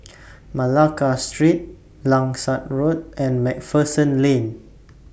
Malacca Street Langsat Road and MacPherson Lane